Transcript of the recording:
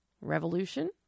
revolution